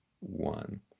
one